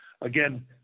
Again